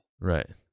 Right